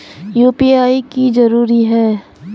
UPI की जरूरी है?